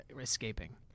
escaping